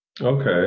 Okay